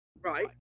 Right